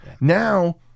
Now